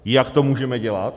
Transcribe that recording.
Jak to můžeme dělat?